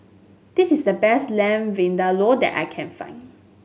this is the best Lamb Vindaloo that I can find